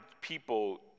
people